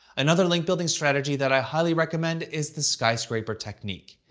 another link building strategy that i highly recommend is the skyscraper technique.